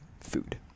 food